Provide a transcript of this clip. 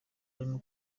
barimo